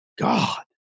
God